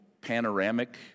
panoramic